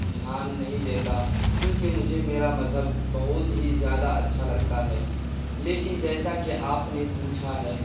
دھیان نہیں دیتا کیونکہ مجھے میرا مذہب بہت ہی زیادہ اچھا لگتا ہے لیکن جیسا کہ آپ نے پوچھا ہے